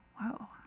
wow